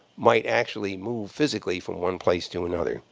might actually move physically from one place to another.